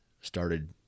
started